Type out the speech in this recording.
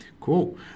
cool